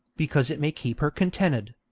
because it may keep her contented.